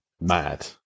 mad